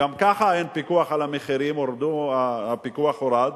גם ככה אין פיקוח על המחירים, הפיקוח הורד.